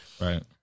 Right